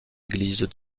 église